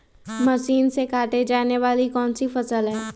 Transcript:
Machine से काटे जाने वाली कौन सी फसल है?